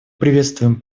приветствуем